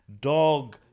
Dog